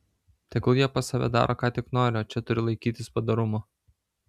tegul jie pas save daro ką tik nori o čia turi laikytis padorumo